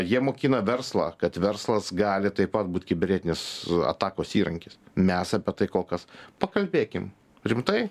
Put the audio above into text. jie mokina verslą kad verslas gali taip pat būt kibernetinės atakos įrankis mes apie tai kol kas pakalbėkim rimtai